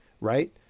right